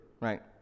Right